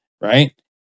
Right